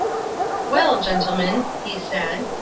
well, gentlemen, he said,